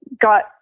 got